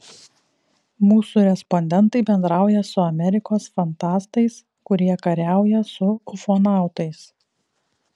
mūsų respondentai bendrauja su amerikos fantastais kurie kariauja su ufonautais